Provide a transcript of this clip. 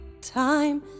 Time